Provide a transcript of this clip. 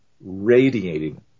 radiating